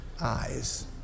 eyes